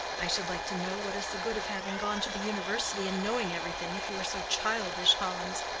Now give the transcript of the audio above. i should like to know what is the good of having gone to the university and knowing everything, if you are so childish, hans,